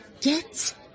get